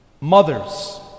Mothers